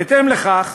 בהתאם לכך,